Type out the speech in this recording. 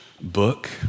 book